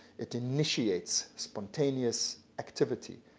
it initiates spontaneous activity,